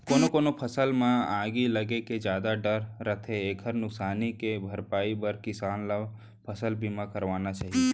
कोनो कोनो फसल म आगी लगे के जादा डर रथे एकर नुकसानी के भरपई बर किसान ल फसल बीमा करवाना चाही